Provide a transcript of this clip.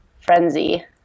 frenzy